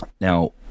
Now